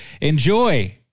enjoy